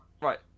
Right